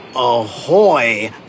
Ahoy